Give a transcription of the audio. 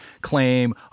claim